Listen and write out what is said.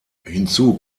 hinzu